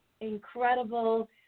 incredible